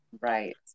Right